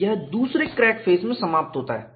और यह दूसरे क्रैक फेस में समाप्त होता है